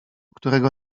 którego